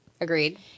Agreed